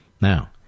Now